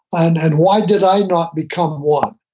and and why did i not become one.